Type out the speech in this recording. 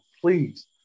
Please